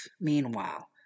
meanwhile